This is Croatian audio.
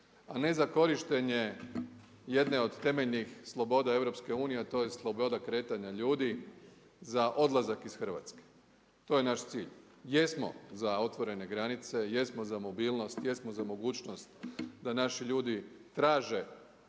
a ne za korištenje jedne od temeljnih sloboda EU, a to je sloboda kretanja ljudi za odlazak iz Hrvatske, to je naš cilj. Jesmo za otvorene granice, jesmo za mobilnost, jesmo za mogućnost da naši ljudi traže